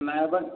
ନା ଆଉ କ'ଣ